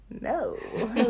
No